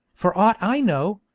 for aught i know,